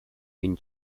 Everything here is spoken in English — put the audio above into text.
been